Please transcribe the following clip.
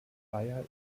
bayer